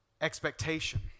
expectation